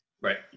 Right